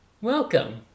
welcome